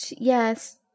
Yes